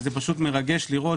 מרגש לראות